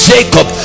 Jacob